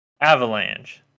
Avalanche